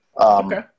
Okay